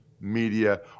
Media